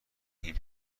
این